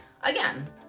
Again